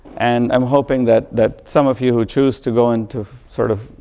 and i'm hoping that that some of you who chose to go into sort of